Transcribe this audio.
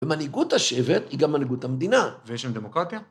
ומנהיגות השבט היא גם מנהיגות המדינה. ויש לנו דמוקרטיה?